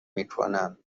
میکنم